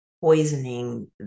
poisoning